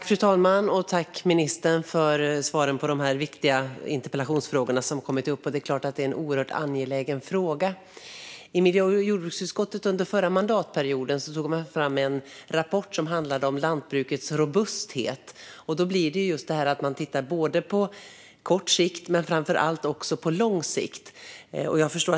Fru talman! Jag tackar ministern för svaren på de viktiga frågor som har tagits upp. Det är klart att detta är ett oerhört angeläget ämne. Under förra mandatperioden tog man i miljö och jordbruksutskottet fram en rapport som handlade om lantbrukets robusthet. Man tittade på detta på kort sikt men framför allt på lång sikt.